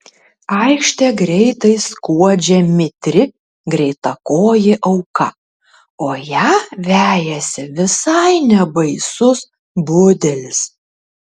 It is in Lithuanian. aikšte greitai skuodžia mitri greitakojė auka o ją vejasi visai nebaisus budelis